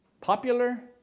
Popular